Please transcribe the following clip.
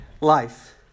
life